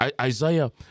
Isaiah